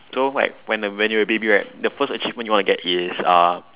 so like when uh when you are a baby right the first achievement you want to get is uh